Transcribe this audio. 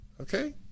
Okay